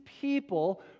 people